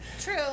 True